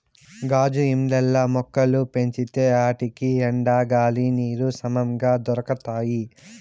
గాజు ఇండ్లల్ల మొక్కలు పెంచితే ఆటికి ఎండ, గాలి, నీరు సమంగా దొరకతాయి